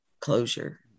closure